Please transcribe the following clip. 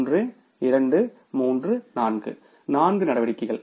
1 2 3 4 நான்கு நடவடிக்கைகள்